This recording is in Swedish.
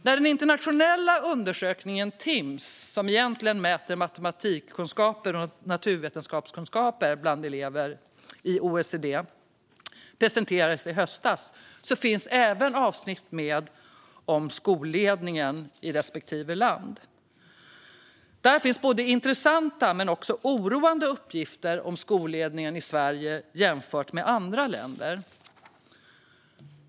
När den internationella undersökningen Timss, som egentligen mäter kunskaper i matematik och naturvetenskap bland elever i OECD, presenterades i höstas fanns även avsnitt med om skolledningen i respektive land. Där finns både intressanta och oroande uppgifter om skolledningen i Sverige jämfört med i andra länder.